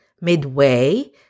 midway